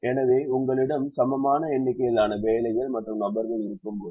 எனவே உங்களிடம் சமமான எண்ணிக்கையிலான வேலைகள் மற்றும் நபர்கள் இருக்கும்போது